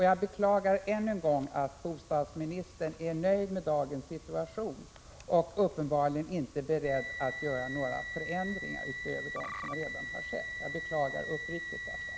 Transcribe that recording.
Jag beklagar än en gång att bostadsministern är nöjd med dagens situation och uppenbarligen inte är beredd att göra några förändringar utöver dem som redan har genomförts. Jag beklagar det uppriktigt.